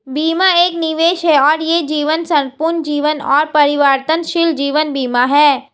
बीमा एक निवेश है और यह जीवन, संपूर्ण जीवन और परिवर्तनशील जीवन बीमा है